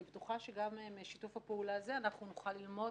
ואני בטוחה שגם משיתוף הפעולה הזה אנחנו נוכל ללמוד,